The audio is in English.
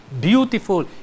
beautiful